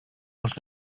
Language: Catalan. els